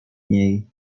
niej